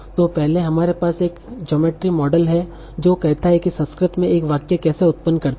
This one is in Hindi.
तो पहले हमारे पास एक ज्योमेट्री मॉडल है जो कहता है कि संस्कृत में एक वाक्य कैसे उत्पन्न करते है